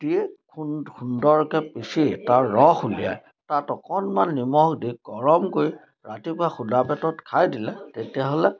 দি খুব সুন্দৰকৈ পিচি তাৰ ৰস উলিয়াই তাত অকণমান নিমখ দি গৰম কৰি ৰাতিপুৱা শুদা পেটত খাই দিলে তেতিয়াহ'লে